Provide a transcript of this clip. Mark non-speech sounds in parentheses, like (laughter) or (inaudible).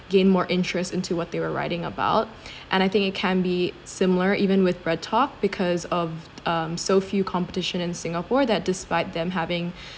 (breath) gained more interest into what they were writing about (breath) and I think it can be similar even with Breadtalk because of um so few competition in singapore that despite them having